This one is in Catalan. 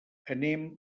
anem